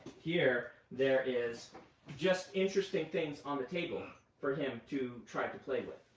here there is just interesting things on the table for him to try to play with.